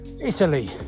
Italy